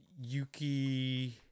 Yuki